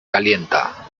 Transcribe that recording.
calienta